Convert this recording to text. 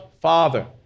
Father